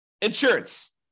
insurance